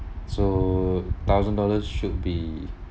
so thousand dollars should be